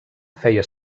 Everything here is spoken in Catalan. feia